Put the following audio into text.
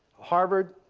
harvard,